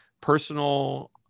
personal